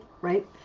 right